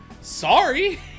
sorry